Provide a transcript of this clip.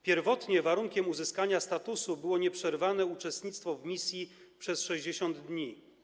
Pierwotnie warunkiem uzyskania statusu było nieprzerwane uczestnictwo w misji przez 60 dni.